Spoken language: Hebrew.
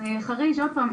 חריש עוד פעם,